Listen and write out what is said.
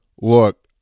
look